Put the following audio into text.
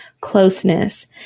closeness